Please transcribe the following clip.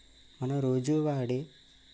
మన రోజు వాడే